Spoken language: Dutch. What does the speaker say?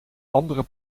andere